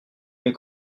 mes